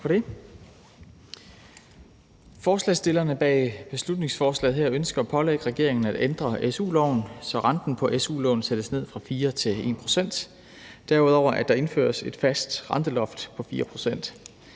Tak for det. Forslagsstillerne bag beslutningsforslaget her ønsker at pålægge regeringen at ændre su-loven, så renten på su-lån sættes ned fra 4 til 1 pct., derudover at der indføres et fast renteloft på 4 pct.